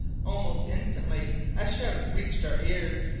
almost instantly a shout reached our ears.